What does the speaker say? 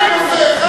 מערבים אחד בשני,